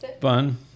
Fun